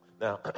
Now